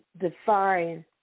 define